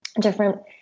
different